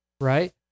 right